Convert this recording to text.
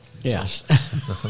Yes